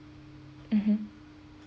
mmhmm